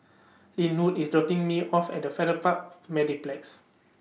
Lynwood IS dropping Me off At The Farrer Park Mediplex